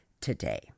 today